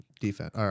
defense